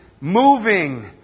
moving